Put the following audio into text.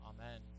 Amen